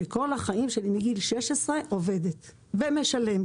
וכל החיים שלי, מגיל 16, עובדת ומשלמת.